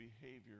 behavior